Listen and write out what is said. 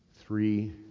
three